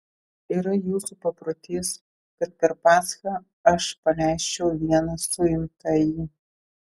yra jūsų paprotys kad per paschą aš paleisčiau vieną suimtąjį